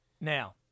Now